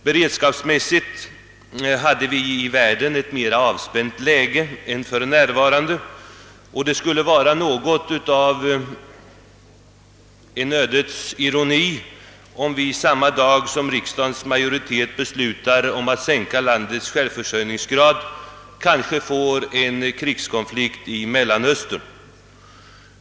Beredskapsmässigt hade vi i världen ett mer avspänt läge än för närvarande, och det skulle vara en ödets ironi om det samma dag som riksdagens majoritet beslutar sänka landets självförsörjningsgrad kanske utbryter en väpnad konflikt i Mellanöstern.